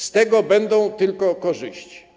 Z tego będą tylko korzyści.